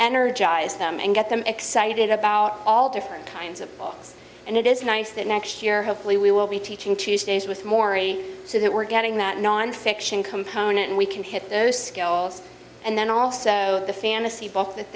energize them and get them excited about all different kinds of books and it is nice that next year hopefully we we'll be teaching tuesdays with morrie so that we're getting that nonfiction component and we can hit those scales and then also the fantasy books that